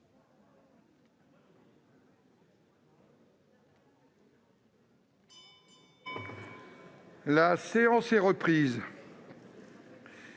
La séance est reprise.